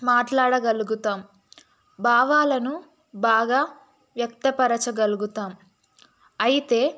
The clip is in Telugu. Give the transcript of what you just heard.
మాట్లాడగలుగుతాం భావాలను బాగా వ్యక్తపరచగలుగుతాం అయితే